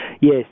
Yes